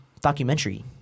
Documentary